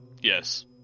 Yes